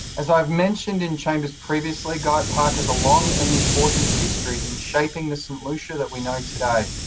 as i have mentioned in chambers previously, guyatt park has a long and important history in shaping the st lucia that we know today.